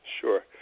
Sure